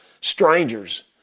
strangers